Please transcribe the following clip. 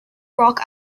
rock